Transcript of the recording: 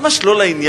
ממש לא לעניין,